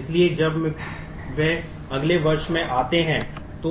इसलिए जब वे अगले वर्ष में आते हैं तो